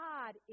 God